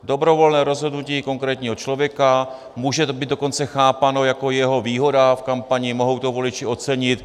Dobrovolné rozhodnutí konkrétního člověka může být dokonce chápáno jako výhoda v kampani, mohou to voliči ocenit.